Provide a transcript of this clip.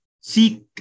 seek